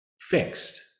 fixed